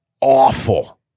awful